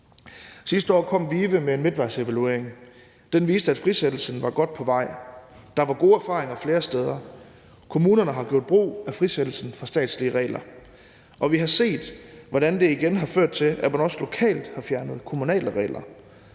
Sidste år kom VIVE med en midtvejsevaluering. Den viste, at frisættelsen var godt på vej. Der var gode erfaringer flere steder. Kommunerne har gjort brug af frisættelsen fra statslige regler, og vi har set, hvordan det igen har ført til, at man også lokalt har fjernet kommunale regler,